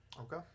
okay